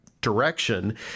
direction